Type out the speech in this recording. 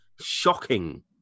shocking